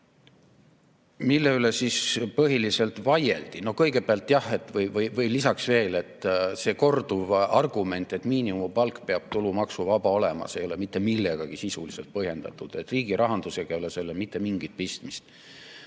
Mille üle siis põhiliselt vaieldi? Kõigepealt aga lisaks veel, et see korduv argument, et miinimumpalk peab tulumaksuvaba olema, ei ole mitte millegagi sisuliselt põhjendatud. Riigirahandusega ei ole sellel mitte mingit pistmist.